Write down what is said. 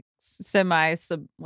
semi-sub